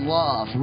love